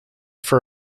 for